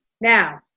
Now